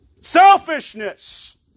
Selfishness